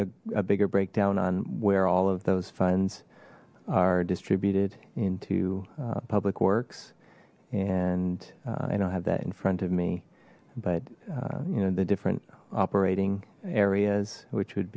gave a bigger breakdown on where all of those funds are distributed into public works and i don't have that in front of me but you know the different operating areas which would